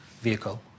vehicle